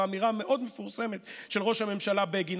זו אמירה מאוד מפורסמת של ראש הממשלה בגין.